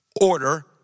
order